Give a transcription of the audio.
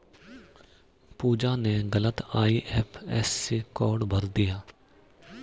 पूजा ने गलत IFSC code भर दिया